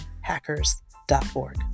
hackers.org